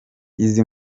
izi